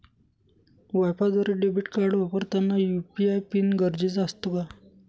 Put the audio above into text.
वायफायद्वारे debit card वापरताना UPI PIN गरजेचा असतो का?